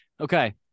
Okay